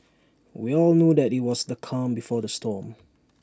we all knew that IT was the calm before the storm